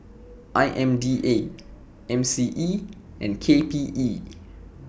I M D A M C E and K P E